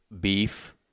beef